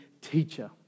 teacher